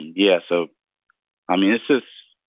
yeah, so i mean, this this